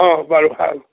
অঁ বাৰু ভাল